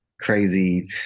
crazy